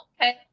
Okay